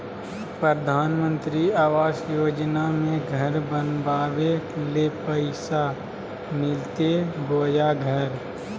प्रधानमंत्री आवास योजना में घर बनावे ले पैसा मिलते बोया घर?